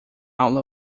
aula